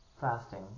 fasting